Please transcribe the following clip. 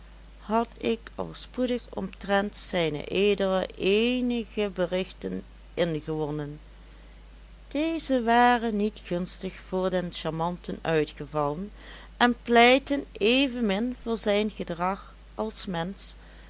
had ik al spoedig omtrent zed eenige berichten ingewonnen deze waren niet gunstig voor den charmanten uitgevallen en pleitten evenmin voor zijn gedrag als mensch